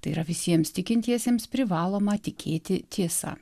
tai yra visiems tikintiesiems privaloma tikėti tiesa